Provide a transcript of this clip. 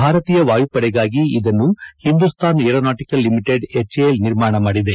ಭಾರತೀಯ ವಾಯುಪಡೆಗಾಗಿ ಇದನ್ನು ಹಿಂದೂಸ್ತಾನ್ ಏರೋನಾಟಕಲ್ ಲಿಮಿಟೆಡ್ ಎಚ್ಎಎಲ್ ನಿರ್ಮಾಣ ಮಾಡಿದೆ